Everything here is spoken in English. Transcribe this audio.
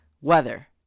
weather